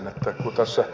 kun tässä